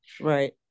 Right